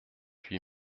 huit